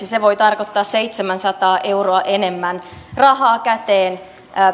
se esimerkiksi voi tarkoittaa seitsemänsataa euroa enemmän rahaa käteen